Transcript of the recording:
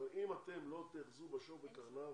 אבל אם אתם לא תאחזו את השור בקרניו